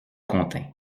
contint